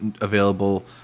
available